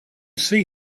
see